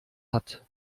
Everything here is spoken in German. hat